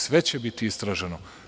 Sve će biti istraženo.